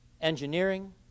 engineering